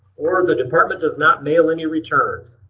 or the department does not mail any returns.